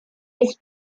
his